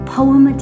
Poem